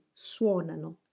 suonano